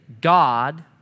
God